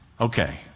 Okay